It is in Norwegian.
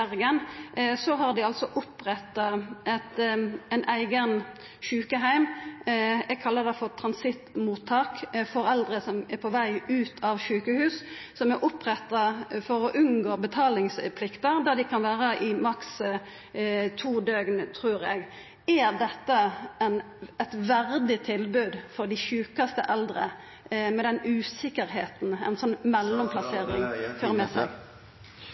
har dei oppretta ein eigen sjukeheim – eg kallar det transittmottak for eldre som er på veg ut av sjukehus – for å unngå betalingsplikta, der ein kan vera i maks to døgn, trur eg. Er dette eit verdig tilbod til dei sjukaste eldre, med den utryggleiken ein sånn mellom…